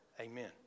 Amen